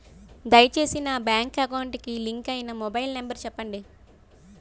దయచేసి నా bank account కి లింక్ అయినా మొబైల్ నంబర్ చెప్పండి